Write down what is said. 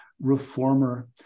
reformer